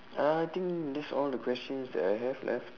uh I think that's all the questions that I have left